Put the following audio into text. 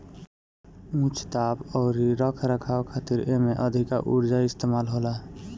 उच्च ताप अउरी रख रखाव खातिर एमे अधिका उर्जा इस्तेमाल होला